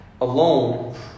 alone